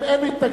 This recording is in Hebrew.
אם אין מתנגדים,